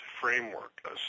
framework